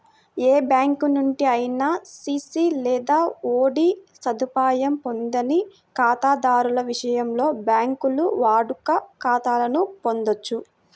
ఏ bank నుండి అయినా CC లేదా ఓడి సదుపాయం పొందని ఖాతాదారుల విషయంలో, బ్యాంకులు వాడుక ఖాతాలను పొందొచ్చు